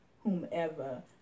whomever